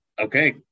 okay